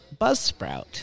Buzzsprout